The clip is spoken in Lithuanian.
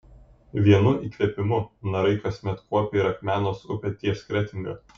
vienu įkvėpimu narai kasmet kuopia ir akmenos upę ties kretinga